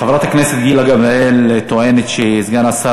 חברת הכנסת גילה גמליאל טוענת שסגן השר